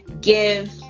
give